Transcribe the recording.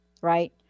Right